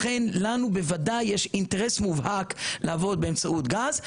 ולכן לנו בוודאי יש אינטרס מובהק לעבוד באמצעות גז,